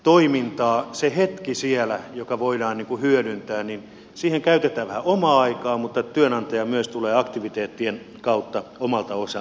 siihen hetkeen siellä joka voidaan niin kuin hyödyntää käytetään vähän omaa aikaa mutta myös työnantaja tulee aktiviteettien kautta omalta osaltaan mukaan